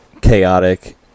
chaotic